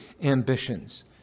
ambitions